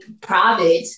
private